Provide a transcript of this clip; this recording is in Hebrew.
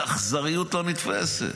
זו אכזריות לא נתפסת.